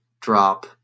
drop